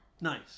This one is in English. Nice